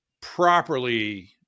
properly